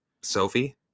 Sophie